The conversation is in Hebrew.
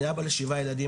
אני אבא לשבעה ילדים,